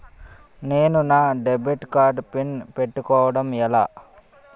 నేను నా debit card PIN పెట్టుకోవడం ఎలా?